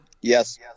Yes